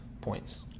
points